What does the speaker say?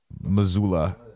Missoula